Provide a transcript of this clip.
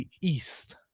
East